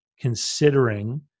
considering